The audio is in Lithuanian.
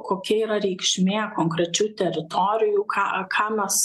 kokia yra reikšmė konkrečių teritorijų ką ką mes